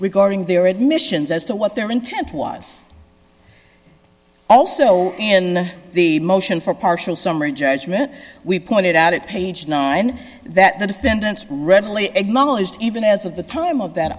regarding their admissions as to what their intent was also in the motion for partial summary judgment we pointed out at page nine that the defendants readily acknowledged even as of the time